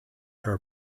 her